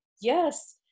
Yes